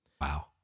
Wow